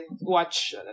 watch